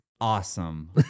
awesome